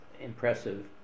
impressive